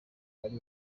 wari